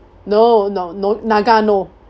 no no no nagano